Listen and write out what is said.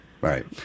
right